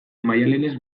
maialenez